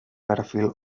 perfil